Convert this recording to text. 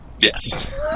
Yes